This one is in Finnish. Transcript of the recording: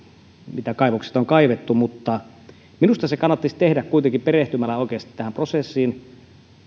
mitä kaivoksista on kaivettu mutta minusta se kannattaisi tehdä kuitenkin perehtymällä oikeasti tähän prosessiin